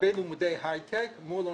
לגבי לימודי היי-טק מול האוניברסיטאות.